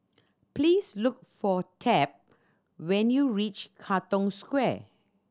please look for Tab when you reach Katong Square